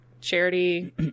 charity